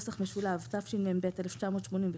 תשמ"ב-1982,